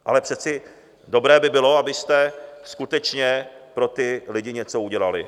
Ale přeci dobré by bylo, abyste skutečně pro ty lidi něco udělali.